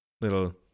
little